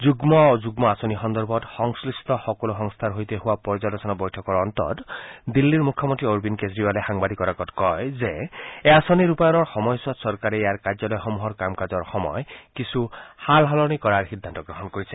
যুগ্ম অযুগ্ম আঁচনি সন্দৰ্ভত সংশ্লিষ্ট সকলো সংস্থাৰ সৈতে হোৱা পৰ্যালোচনা বৈঠকৰ অন্তত দিল্লীৰ মুখ্যমন্ত্ৰী অৰবিন্দ কেজৰিৱালে সাংবাদিকৰ আগত কয় যে এই আঁচনি ৰূপায়ণৰ সময়ছোৱাত চৰকাৰে ইয়াৰ কাৰ্যালয়সমূহৰ কাম কাজৰ সময় কিছু সাল সলনি কৰাৰ সিদ্ধান্ত গ্ৰহণ কৰিছে